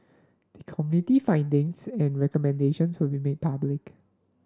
the Committee findings and recommendations will be made public